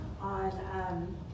on